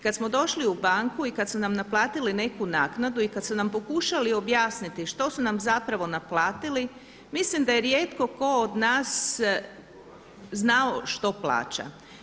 Kada smo došli u banku i kad su nam naplatili neku naknadu i kad su nam pokušali objasniti što su nam zapravo naplatili mislim da je rijetko tko od nas znao što plaća.